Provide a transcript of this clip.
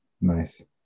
Nice